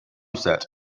set